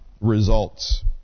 results